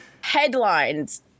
headlines